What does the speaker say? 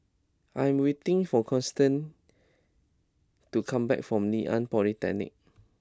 I am waiting for Constantine to come back from Ngee Ann Polytechnic